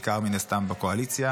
בעיקר מן הסתם בקואליציה,